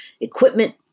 equipment